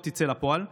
יצאו לפועל פה.